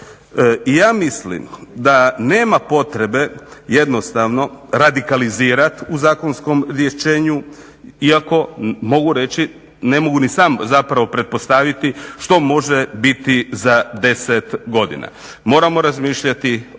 Ja mislim da nema potrebe jednostavno radikalizirati u zakonskom rješenju iako mogu reći, ne mogu ni sam zapravo pretpostaviti što može biti za deset godina. moramo razmišljati o